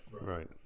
right